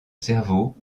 cerveau